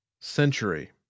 Century